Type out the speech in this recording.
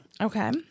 Okay